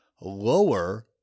lower